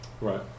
Right